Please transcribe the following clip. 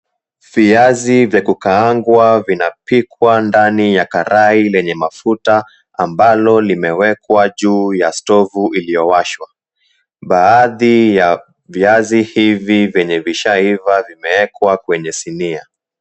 Viazi vya kukaangwa vinapikwa ndani ya karai lenye mafuta ambalo limewekwa juu ya stovu iliyowashwa. Baadhi ya viazi hivi venye vishaiva vimeekwa kwenye sinia.